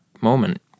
moment